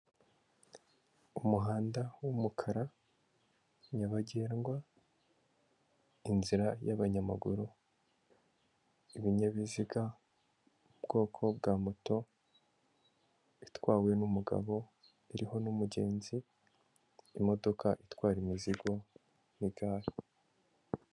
Umuhanda w'umukara nyabagendwa, inzira y'abanyamaguru, ibinyabiziga, ubwoko bwa moto itwawe n'umugabo iriho n'umugenzi, imodoka itwara imizigo n'igare.